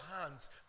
hands